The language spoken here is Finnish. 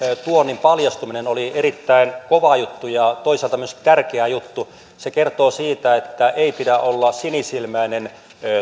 tuonnin paljastuminen oli erittäin kova juttu ja toisaalta myös tärkeä juttu se kertoo siitä että ei pidä olla sinisilmäinen